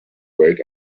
wait